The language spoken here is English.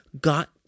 got